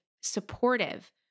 supportive